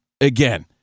again